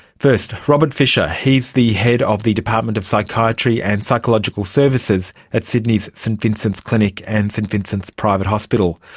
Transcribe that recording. first, robert fisher, he's the head of the department of psychiatry and psychological services at sydney's st vincent's clinic and st vincent's private hospital.